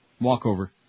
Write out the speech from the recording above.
walkover